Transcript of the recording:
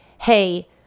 Hey